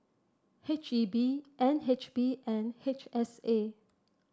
H E B N H B and H S A